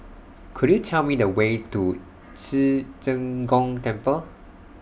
Could YOU Tell Me The Way to Ci Zheng Gong Temple